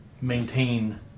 maintain